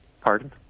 Pardon